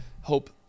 Hope